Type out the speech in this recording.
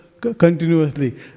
continuously